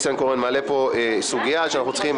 היועץ המשפטי של הכנסת איל ינון: --- אמרתי את זה.